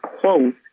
close